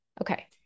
Okay